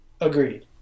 Agreed